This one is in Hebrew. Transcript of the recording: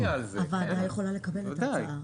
הוועדה יכולה לקבל את ההצעה.